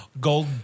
Gold